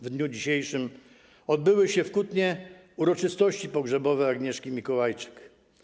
W dniu dzisiejszym odbyły się w Kutnie uroczystości pogrzebowe Agnieszki Mikołajczyk.